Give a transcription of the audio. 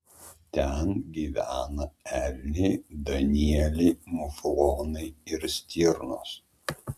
ten gyvena elniai danieliai muflonai ir stirnos